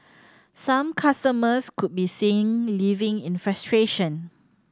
some customers could be seen leaving in frustration